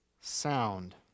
sound